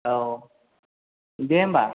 औ दे होनबा